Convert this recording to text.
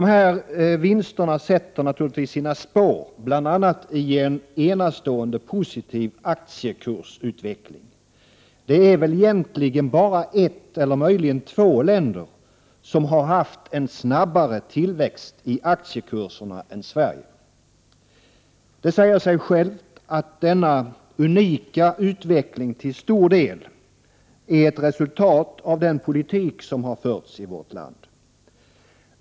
Dessa vinster sätter naturligtvis sina spår bl.a. i en enastående positiv aktiekursutveckling. Det är väl egentligen bara ett eller möjligen två länder som har haft en snabbare tillväxt när det gäller aktiekurserna än Sverige. Det säger sig självt att denna unika utveckling till stor del är ett resultat av den politik som har förts i vårt land.